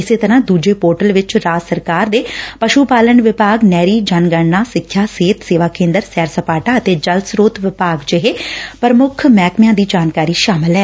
ਇਸੇ ਤਰਾਂ ਦੁਜੇ ਪੋਰਟਲ ਵਿਚ ਰਾਜ ਸਰਕਾਰ ਦੇ ਪਸੁ ਪਾਲਣ ਵਿਭਾਗ ਨਹਿਰੀ ਜਨਗਣਾ ਸਿੱਖਿਆ ਸਿਹਤ ਸੇਵਾ ਕੇ'ਦਰ ਸੈਰ ਸਪਾਟਾ ਅਤੇ ਜਲ ਸਰੋਤ ਵਿਭਾਗ ਜਿਹੇ ਪ੍ਰਮੁੱਖ ਮਹਿਕਮਿਆ ਦੀ ਜਾਣਕਾਰੀ ਸ਼ਾਮਲ ਐ